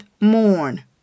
mourn